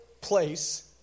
place